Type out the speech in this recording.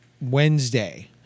Wednesday